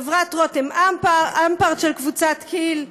חברת רותם אמפרט של קבוצת כי"ל,